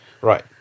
Right